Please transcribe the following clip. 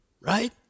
Right